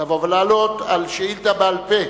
לבוא ולענות על שאילתא בעל-פה